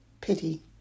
pity